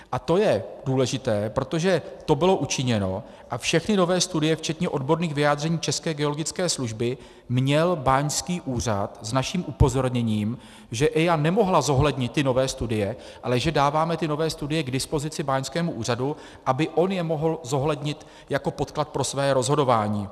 A to je důležité, protože to bylo učiněno a všechny nové studie včetně odborných vyjádření České geologické služby měl báňský úřad s naším upozorněním, že EIA nemohla zohlednit ty nové studie, ale že dáváme ty nové studie k dispozici báňskému úřadu, aby on je mohl zohlednit jako podklad pro své rozhodování.